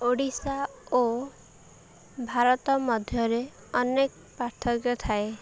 ଓଡ଼ିଶା ଓ ଭାରତ ମଧ୍ୟରେ ଅନେକ ପାର୍ଥକ୍ୟ ଥାଏ